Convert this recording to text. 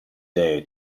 day